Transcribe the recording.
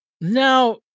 now